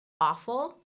awful